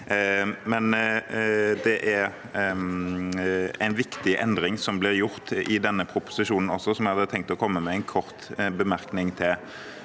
gjort en viktig endring i denne proposisjonen, som jeg hadde tenkt å komme med en kort bemerkning til.